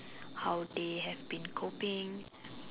how they have been coping